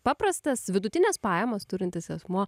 paprastas vidutines pajamas turintis asmuo